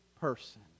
person